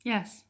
Yes